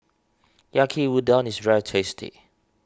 Yaki Udon is very tasty